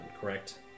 correct